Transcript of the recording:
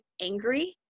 angry